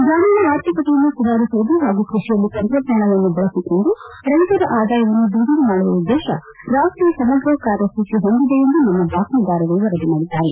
ಗ್ರಾಮೀಣ ಆರ್ಥಿಕತೆಯನ್ನು ಸುಧಾರಿಸುವುದು ಹಾಗೂ ಕೃಷಿಯಲ್ಲಿ ತಂತ್ರಜ್ಞಾನವನ್ನು ಬಳಸಿಕೊಂಡು ರೈತರ ಆಧಾಯವನ್ನು ದ್ವಿಗುಣ ಮಾಡುವ ಉದ್ವೇತ ರಾಷ್ಟೀಯ ಸಮಗ್ರ ಕಾರ್ಯಸೂಚಿ ಹೊಂದಿದೆ ಎಂದು ನಮ್ಮ ಬಾತ್ಮೀದಾರರು ವರದಿ ಮಾಡಿದ್ದಾರೆ